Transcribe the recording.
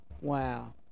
wow